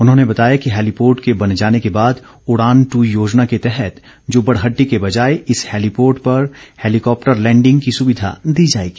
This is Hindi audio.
उन्होंने बताया कि हैलीपोर्ट के बन जाने के बाद उडान ट योजना के तहत जुब्बडहटटी के बजाय इस हैलीपोर्ट पर हैलीकॉप्टर लैंडिंग की सुविधा दी जाएगी